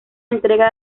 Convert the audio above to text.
entrega